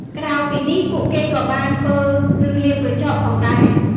ក្រៅពីនេះ ពួកគេក៏បាន ធ្វើឬលាបក្រចក ផងដែរ។